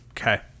Okay